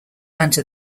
under